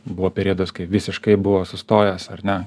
buvo periodas kai visiškai buvo sustojęs ar ne